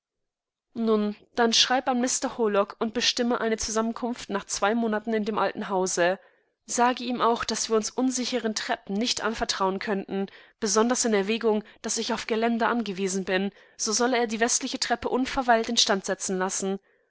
nun dann schreib an mr horlock und bestimme eine zusammenkunft nach zwei monaten in dem alten hause sage ihm auch da wir uns unsicheren treppen nicht anvertrauenkönntenbesondersinerwägung daßichaufgeländerangewiesenbin so solle er die westliche treppe unverweilt in stand setzen lassen